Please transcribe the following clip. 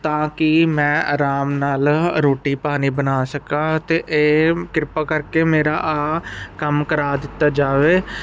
ਤਾਂ ਕਿ ਮੈਂ ਆਰਾਮ ਨਾਲ ਰੋਟੀ ਪਾਣੀ ਬਣਾ ਸਕਾਂ ਤੇ ਇਹ ਕਿਰਪਾ ਕਰਕੇ ਮੇਰਾ ਆਹ ਕੰਮ ਕਰਾ ਦਿੱਤਾ ਜਾਵੇ